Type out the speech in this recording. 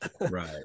right